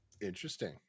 Interesting